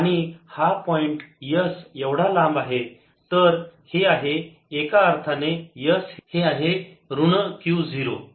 आणि हा point S एवढा लांब आहे तर हे आहे एका अर्थाने S हे आहे ऋण Q 0